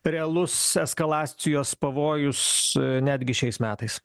realus eskalacijos pavojus netgi šiais metais